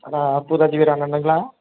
Anna Arputharaj Veer அண்ணன்னுகளா